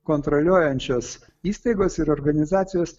kontroliuojančios įstaigos ir organizacijos